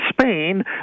Spain